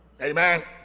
Amen